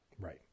Right